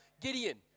Gideon